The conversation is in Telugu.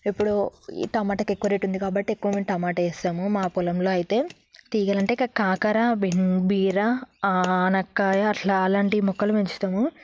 ఇప్పుడు ఈ టమాటకి ఎక్కువ రేటు ఉంది కాబట్టి ఎక్కువ మేము టమాటా వేస్తాము మా పొలంలో అయితే తీగలంటే ఇక కాకర బెం బీరా ఆనగా కాయ అలా అలాంటి మొక్కలు పెంచుతాము